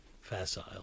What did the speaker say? facile